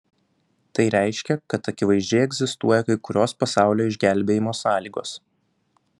tai reiškia kad akivaizdžiai egzistuoja kai kurios pasaulio išgelbėjimo sąlygos